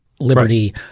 liberty